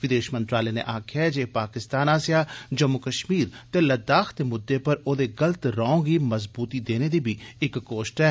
विदेष मंत्रालय नै आक्खेआ ऐ जे एह पाकिस्तान आस्सेआ जम्मू कष्मीर ते लद्दाख दे मुद्दें पर ओह्दे गलत रौं गी मजबूती देने दी बी इक कोष्ट ऐ